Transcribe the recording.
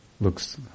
Looks